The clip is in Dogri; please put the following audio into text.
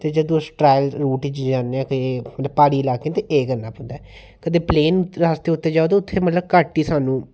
ते जेल्लै अस ट्राई करने जन्ने ते प्हाड़ी लाकै ई एह् करना पौंदा जेकर प्लेन रस्ते च जा दे ते उत्थें सानूं घट्ट ई